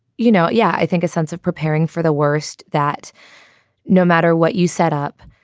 you know. yeah. i think a sense of preparing for the worst that no matter what you set up,